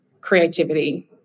creativity